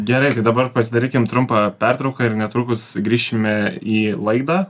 gerai tai dabar pasidarykim trumpą pertrauką ir netrukus grįšime į laidą